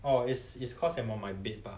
orh is it's cause I'm on my bed bah